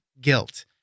guilt